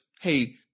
hey